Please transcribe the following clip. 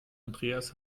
andreas